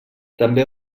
també